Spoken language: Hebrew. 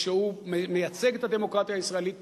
ושמייצג את הדמוקרטיה הישראלית,